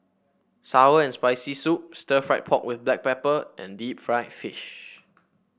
sour and Spicy Soup Stir Fried Pork with Black Pepper and Deep Fried Fish